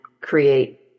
create